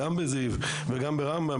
גם בזיו וגם ברמב"ם,